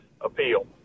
appeal